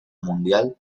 mundial